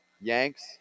Yanks